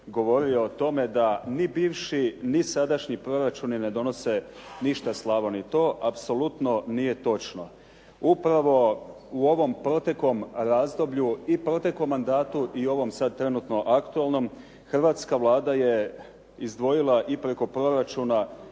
hrvatska Vlada je izdvojila i preko proračuna